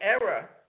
error